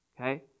okay